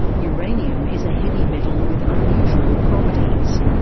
uranium is a heavy metal with unusual properties.